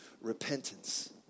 repentance